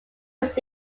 was